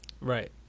right